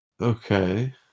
Okay